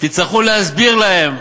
תצטרכו להסביר להם,